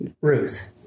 Ruth